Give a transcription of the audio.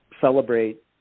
celebrate